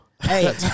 Hey